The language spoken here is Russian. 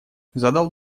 задал